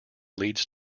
leads